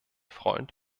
freund